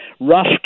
Rough